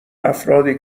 افرادی